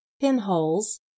pinholes